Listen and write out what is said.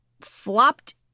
flopped